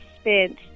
spent